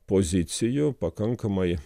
pozicijų pakankamai